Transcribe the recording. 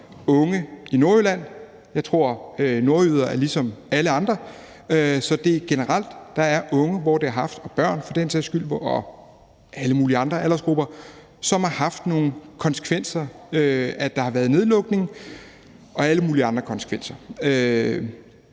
unge i Nordjylland. Jeg tror, at nordjyder er ligesom alle andre. Så det er generelt sådan, at der er unge og for den sags skyld børn og alle mulige andre aldersgrupper, som har mærket nogle konsekvenser af, at der har været nedlukning, og alle mulige andre konsekvenser.